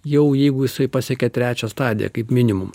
jau jeigu jisai pasiekė trečią stadiją kaip minimum